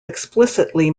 explicitly